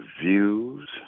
views